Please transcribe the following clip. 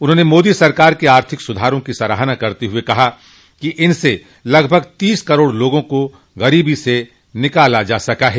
उन्होंने मोदी सरकार के आर्थिक सुधारों की सराहना करते हुए कहा कि इनसे लगभग तीस करोड़ लोगों को गरीबी से निकाला जा सका है